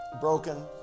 broken